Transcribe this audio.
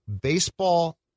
baseball